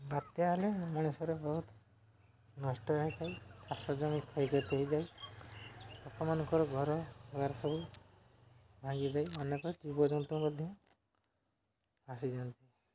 ବାତ୍ୟା ହେଲେ ମଣିଷରେ ବହୁତ ନଷ୍ଟ ହେଇଥାଏ ଚାଷ ଜମି କ୍ଷୟକ୍ଷତି ହେଇଯାଏ ଲୋକମାନଙ୍କର ଘର ଘର ସବୁ ଭାଙ୍ଗିଯାଏ ଅନେକ ଜୀବଜନ୍ତୁ ମଧ୍ୟ ଭାସିଯାଆନ୍ତି